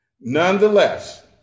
Nonetheless